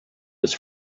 his